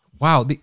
wow